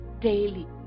daily